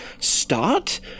start